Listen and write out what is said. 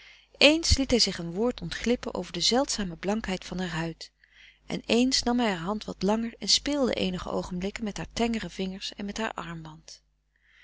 ééns liet hij zich een woord ontglippen over de zeldzame blankheid van haar huid en eens nam hij haar hand wat langer en speelde eenige oogenblikken met haar tengere vingers en met haar armband